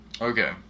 Okay